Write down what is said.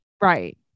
Right